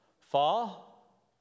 fall